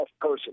person